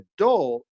adult